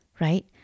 right